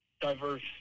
diverse